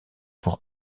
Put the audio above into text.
pour